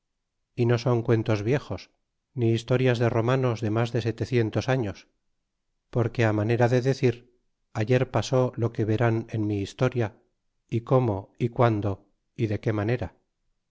é no son cuentos viejos ni historias de romanos de mas de setecientos aflos porque á manera de decir ayer pagó alo píe verán en mi historia a como a guando de qué manera